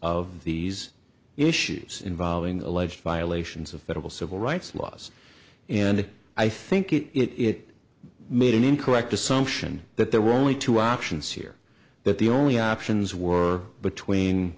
of these issues involving alleged violations of federal civil rights laws and i think it it made an incorrect assumption that there were only two options here that the only options were between